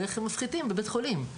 ואיך שמפחיתים בבית החולים.